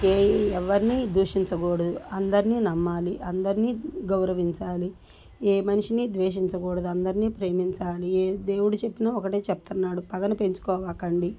ఏ ఎవ్వర్నీ ద్వేషించకూడదు అందరిని నమ్మాలి అందర్నీ గౌరవించాలి ఏ మనిషిని ద్వేషించకూడదు అందర్నీ ప్రేమించాలి ఏ దేవుడు చెప్పిన ఒకటే చెప్తున్నాడు పగలు పెంచుకోవాకండి